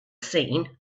seen